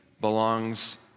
belongs